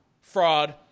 fraud